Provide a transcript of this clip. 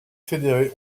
fédérés